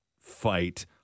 fight